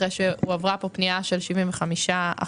אחרי שהועברה פה פנייה של 75% מן העודפים.